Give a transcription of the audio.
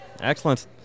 excellent